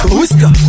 Whisker